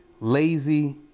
lazy